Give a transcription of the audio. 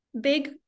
big